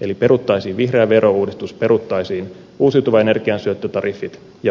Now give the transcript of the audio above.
eli peruttaisiin vihreä verouudistus peruttaisiin uusiutuvan energian syöttötariffit ja paljon muuta